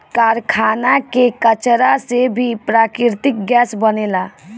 कारखाना के कचरा से भी प्राकृतिक गैस बनेला